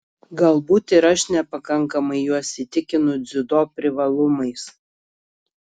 galbūt ir aš nepakankamai juos įtikinu dziudo privalumais